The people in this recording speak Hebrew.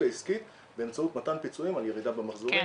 העסקית באמצעות מתן פיצויים על ירידה במחזורים,